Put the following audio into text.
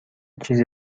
چیز